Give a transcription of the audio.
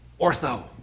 ortho